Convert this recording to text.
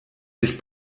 sich